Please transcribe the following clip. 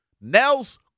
Nels